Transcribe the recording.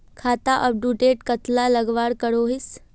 खाता अपटूडेट कतला लगवार करोहीस?